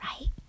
right